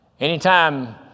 Anytime